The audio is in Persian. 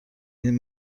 این